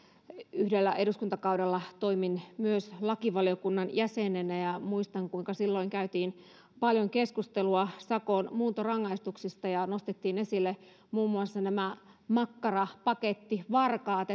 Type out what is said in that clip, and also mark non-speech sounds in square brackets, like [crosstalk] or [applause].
yhdellä eduskuntakaudella toimin myös lakivaliokunnan jäsenenä ja muistan kuinka silloin käytiin paljon keskustelua sakon muuntorangaistuksista ja nostettiin esille muun muassa nämä makkarapakettivarkaat [unintelligible]